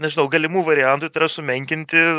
nežinau galimų variantų tai yra sumenkinti